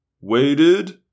Waited